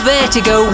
Vertigo